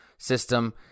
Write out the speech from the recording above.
System